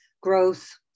growth